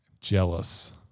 jealous